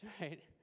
right